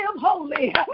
holy